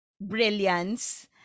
brilliance